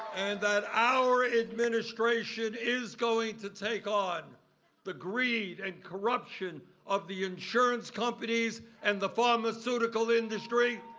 and that our administration is going to take on the greed and corruption of the insurance companies and the pharmaceutical industry